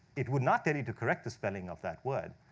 it would not tell you to correct the spelling of that word.